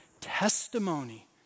testimony